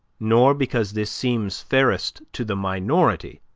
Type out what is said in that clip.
nor because this seems fairest to the minority,